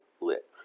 lit